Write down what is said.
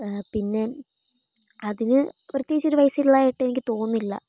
പിന്നെ അതിന് പ്രത്യേകിച്ച് ഒരു വയസ്സുള്ളതായിട്ട് എനിക്ക് തോന്നുന്നില്ല